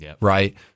right